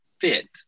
fit